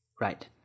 Right